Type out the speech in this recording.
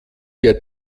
der